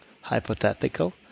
hypothetical